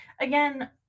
Again